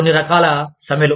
కొన్ని రకాల సమ్మెలు